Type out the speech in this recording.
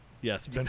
yes